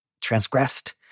transgressed